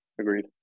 Agreed